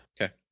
Okay